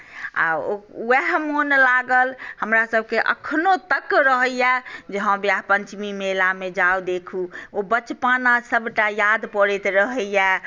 आ उएह मोन लागल हमरासभकेँ एखनहु तक रहैए जे हँ विवाह पञ्चमी मेलामे जाउ देखू ओ बचपना सभटा याद पड़ैत रहैए